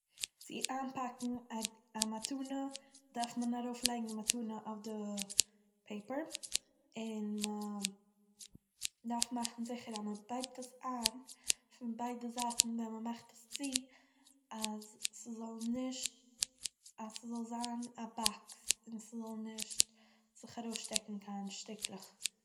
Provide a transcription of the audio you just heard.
צו איינפאקן א- א מתנה, דארף מען ארויפלייגן די מתנה אויף די פייפער, און, מ'דארף מאכן זיכער אז מ'בייגט עס איין פון ביידע זייטן ווען מ'מאכט דאס צו, אז, ס'זאל נישט- אז ס'זאל זיין א באקס און ס'זאל נישט זיך ארויסשטעקן קיין שטיקלעך